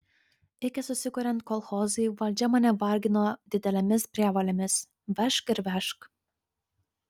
iki susikuriant kolchozui valdžia mane vargino didelėmis prievolėmis vežk ir vežk